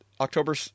October